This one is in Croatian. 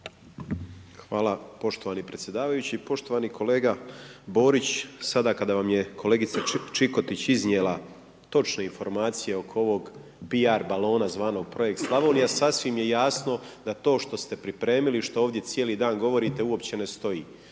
Hvala poštovani predsjedavajući. Poštovani kolega Borić, sada kada vam je kolegica Čikotić iznijela točne informacije oko ovog piar balona zvanog Projekt Slavonija, sasvim je jasno da to što ste pripremili, što ovdje cijeli dan govorite, uopće ne stoji.